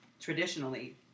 traditionally